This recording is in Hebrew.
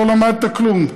לא למדת כלום.